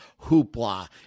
hoopla